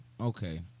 okay